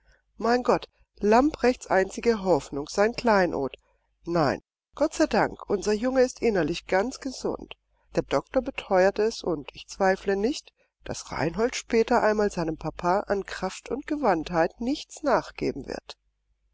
mein gott lamprechts einzige hoffnung sein kleinod nein gott sei dank unser junge ist innerlich ganz gesund der doktor beteuert es und ich zweifle nicht daß reinhold später einmal seinem papa an kraft und gewandtheit nichts nachgeben wird